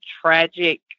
tragic